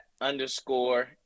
underscore